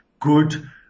good